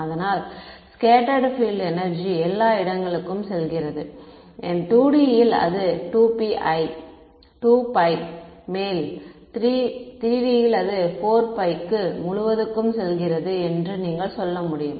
அதனால் scattered field energy எல்லா இடங்களுக்கும் செல்கிறது 2D இல் அது 2pi மேல் 3D இல் 4 முழுவதுக்கும் செல்கிறது என்று நீங்கள் சொல்ல முடியும்